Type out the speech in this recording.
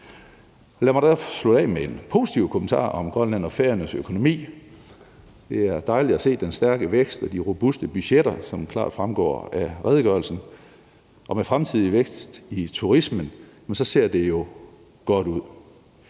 Lad mig så slutte af med en positiv kommentar om Grønland og Færøernes økonomi. Det er dejligt at se den stærke vækst og de robuste budgetter, som klart fremgår af redegørelsen, og med en fremtidig vækst i turismen ser det jo godt ud.